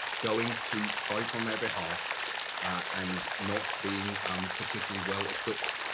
going to fight on their behalf and not being um particularly well equipped